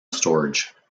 storage